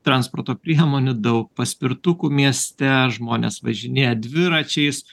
transporto priemonių daug paspirtukų mieste žmonės važinėja dviračiais